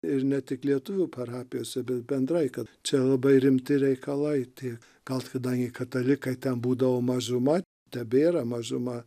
ir ne tik lietuvių parapijose bet bendrai kad čia labai rimti reikalai tie gal kadangi katalikai ten būdavo mažuma tebėra mažuma